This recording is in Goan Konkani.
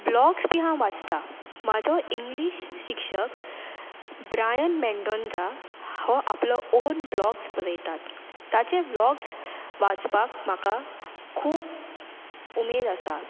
ब्लॉग्स बी हांव वाचतां म्हाजो इंग्लीश शिक्षक ब्रायन मेंडोंजा हो आपलो ओन व्लॉग्स बरयतात ताचे व्लॉग्स वाचपाक म्हाका खूब उमेद आसा